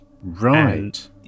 Right